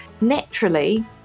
naturally